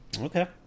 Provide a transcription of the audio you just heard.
okay